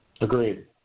Agreed